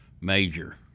major